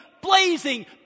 blazing